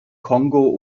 kongo